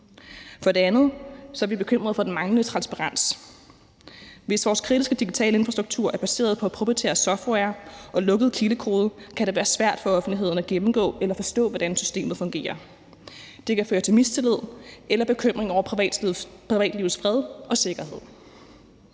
For det andet er vi bekymrede for den manglende transparens. Hvis vores kritiske digitale infrastruktur er baseret på proprietær software og lukket kildekode, kan det være svært for offentligheden at gennemgå eller forstå, hvordan systemet fungerer. Det kan føre til mistillid eller bekymring over privatlivets fred og sikkerhed.